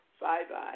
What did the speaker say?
Bye-bye